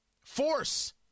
Force